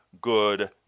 good